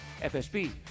FSB